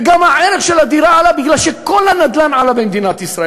וגם הערך של הדירה עלה מפני שכל הנדל"ן עלה במדינת ישראל.